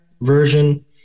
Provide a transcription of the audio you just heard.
version